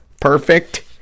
perfect